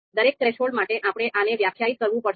દરેક થ્રેશોલ્ડ માટે આપણે આને વ્યાખ્યાયિત કરવું પડશે